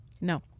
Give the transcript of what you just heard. No